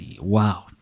wow